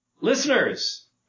Listeners